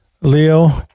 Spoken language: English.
Leo